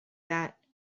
that